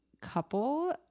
couple